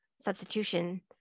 substitution